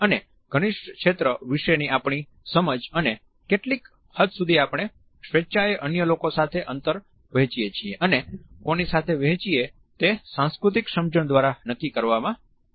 અને ઘનિષ્ઠ ક્ષેત્ર વિશેની આપણી સમજ અને કેટલી હદ સુધી આપણે સ્વેચ્છાએ અન્ય લોકો સાથે અંતર વહેંચીએ છીએ અને કોની સાથે વહેંચીએ તે સાંસ્કૃતિક સમજણ દ્વારા નક્કી કરવામાં આવે છે